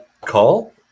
call